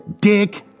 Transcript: Dick